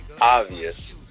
obvious